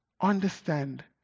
Understand